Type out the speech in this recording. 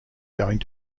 going